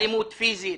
באלימות פיזית,